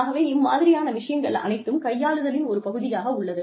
ஆகவே இம்மாதிரியான விஷயங்கள் அனைத்தும் கையாளுதலின் ஒரு பகுதியாக உள்ளது